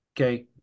Okay